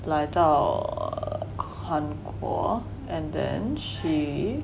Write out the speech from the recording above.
来到 err 韩国 and then she